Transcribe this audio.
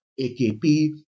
AKP